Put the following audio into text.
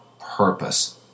purpose